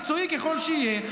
מקצועי ככל שיהיה,